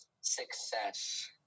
Success